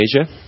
Asia